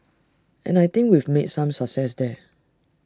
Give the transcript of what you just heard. and I think we've made some success there